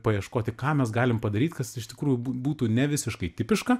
paieškoti ką mes galim padaryt kas iš tikrųjų bū būtų ne visiškai tipiška